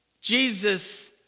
Jesus